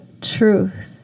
truth